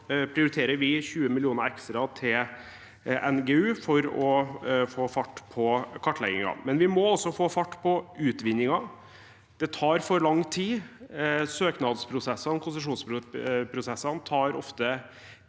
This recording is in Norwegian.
prioriterer vi 20 mill. kr ekstra til NGU for å få fart på kartlegginger. Men vi må også få fart på utvinningen. Det tar for lang tid. Søknadsprosessene, konsesjonsprosessene tar ofte